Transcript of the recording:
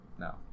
No